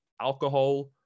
alcohol